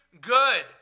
good